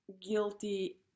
guilty